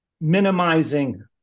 minimizing